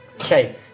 Okay